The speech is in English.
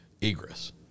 egress